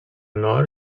nord